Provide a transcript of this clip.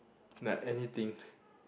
like anything